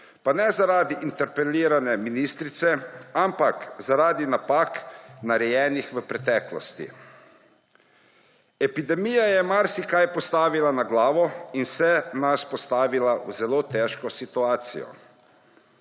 pa ne zaradi interpelirane ministrice, ampak zaradi napak, narejenih v preteklosti. Epidemija je marsikaj postavila na glavo in vse nas postavila v zelo težko situacijo.